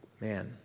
man